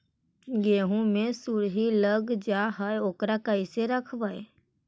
गेहू मे सुरही लग जाय है ओकरा कैसे रखबइ?